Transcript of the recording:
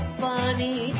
funny